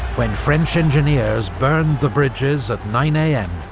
when french engineers burned the bridges at nine am,